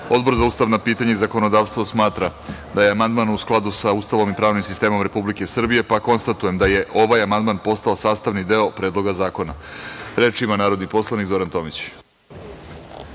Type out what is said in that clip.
za ustavna pitanja i zakonodavstvo smatra da je amandman u skladu sa Ustavom i pravnim sistemom Republike Srbije, pa konstatujem da je ovaj amandman postao sastavni deo Predloga zakona. Reč ima narodni poslanik Zoran Tomić.